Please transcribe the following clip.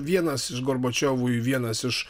vienas iš gorbačiovui vienas iš